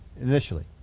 initially